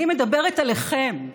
אני מדברת עליכם.